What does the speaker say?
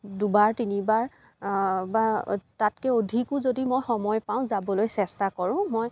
দুবাৰ তিনিবাৰ বা তাতকে অধিকো যদি মই সময় পাওঁ যাবলৈ চেষ্টা কৰোঁ মই